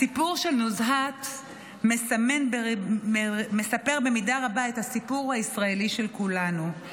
הסיפור של נוזהת מספר במידה רבה את הסיפור הישראלי של כולנו,